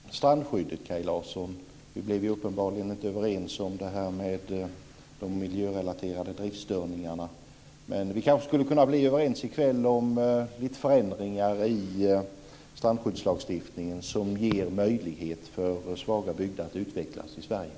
Fru talman! Låt oss då ta frågan om strandskyddet, Kaj Larsson. Vi blir uppenbarligen inte överens om de miljörelaterade driftstörningarna. Men vi kanske skulle kunna bli överens i kväll om några förändringar i strandskyddslagstiftningen som ger möjlighet för svaga bygder i Sverige att utvecklas.